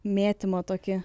mėtymo tokį